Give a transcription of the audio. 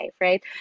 right